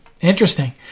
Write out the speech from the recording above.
interesting